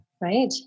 right